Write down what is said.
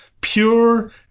Pure